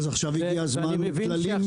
אז עכשיו הגיע הזמן לטללים-מצפה.